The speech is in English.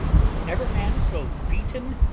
was ever man so beaten?